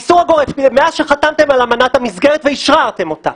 מאז שחתמתם על אמנת המסגרת ואשררתם אותה,